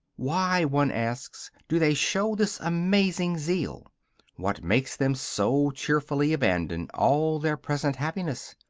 why, one asks, do they show this amazing zeal what makes them so cheerfully abandon all their present happiness?